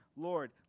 Lord